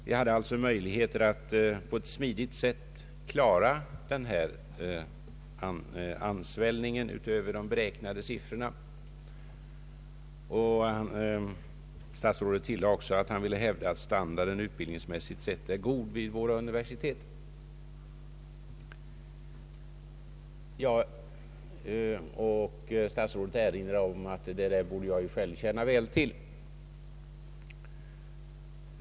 Vi hade möjlighet att på ett smidigt sätt klara denna ansvällning utöver de beräknade siffrorna. Statsrådet tillade också att han ville hävda att standarden utbildningsmässigt sett var god vid våra universitet, och han erinrade om att detta borde jag själv känna väl till.